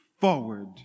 forward